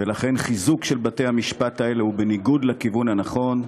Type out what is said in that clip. ולכן חיזוק של בתי-המשפט האלה הוא בניגוד לכיוון הנכון.